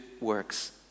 works